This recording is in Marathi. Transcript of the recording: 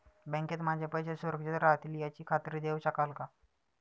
बँकेत माझे पैसे सुरक्षित राहतील याची खात्री देऊ शकाल का?